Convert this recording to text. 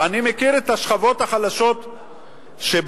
אני מכיר את השכבות החלשות שבאים,